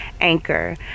Anchor